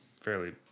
fairly